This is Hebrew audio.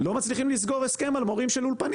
ואתם לא מצליחים לסגור הסכם לגבי מורים של אולפנים.